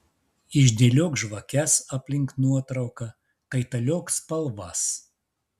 išdėliok žvakes aplink nuotrauką kaitaliok spalvas